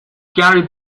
gary